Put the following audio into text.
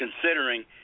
considering